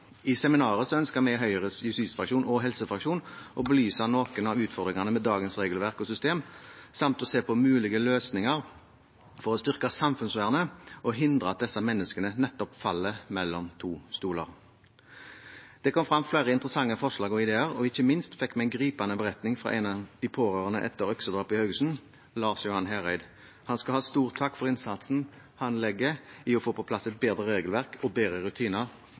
I seminaret ønsket vi i Høyres justisfraksjon og helsefraksjon å belyse noen av utfordringene med dagens regelverk og system samt se på mulige løsninger for å styrke samfunnsvernet og hindre at disse menneskene nettopp faller mellom to stoler. Det kom frem flere interessante forslag og ideer, og ikke minst fikk vi en gripende beretning fra en av de pårørende etter øksedrapet i Haugesund, Lars Johan Hereid. Han skal ha stor takk for innsatsen han legger i å få på plass et bedre regelverk og bedre rutiner